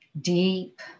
deep